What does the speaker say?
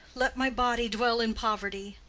let my body dwell in poverty,